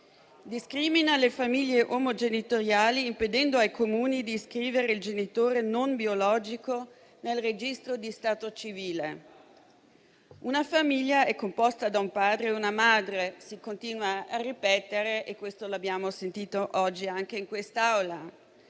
Discrimina le famiglie omogenitoriali, impedendo ai Comuni di iscrivere il genitore non biologico nel registro di stato civile. Una famiglia è composta da un padre e una madre, si continua a ripetere e l'abbiamo sentito oggi anche in quest'Aula,